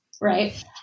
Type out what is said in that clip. right